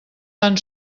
tan